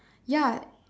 ya